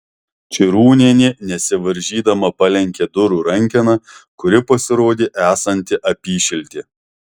čirūnienė nesivaržydama palenkė durų rankeną kuri pasirodė esanti apyšiltė